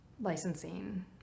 licensing